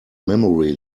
memory